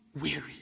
weary